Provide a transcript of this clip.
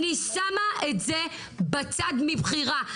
אני שמה את זה בצד מבחירה.